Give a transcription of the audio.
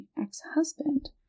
ex-husband